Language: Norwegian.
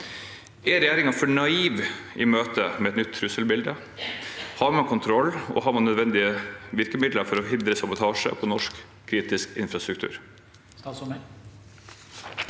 Er regjeringen for naiv i møte med et nytt trusselbilde? Har man kontroll, og har man nødvendige virkemidler for å hindre sabotasje på norsk kritisk infrastruktur?